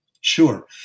Sure